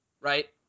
right